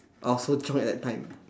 I was so drunk at that time